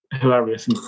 Hilarious